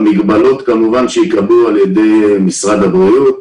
במגבלות שייקבעו על ידי משרד הבריאות.